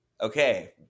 okay